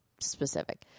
specific